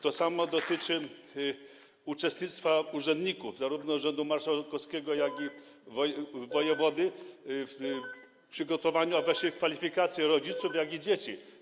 To samo dotyczy uczestnictwa urzędników, zarówno urzędu marszałkowskiego, jak i wojewody, w przygotowaniu, a właściwie w kwalifikacji tak rodziców, jak i dzieci.